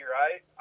right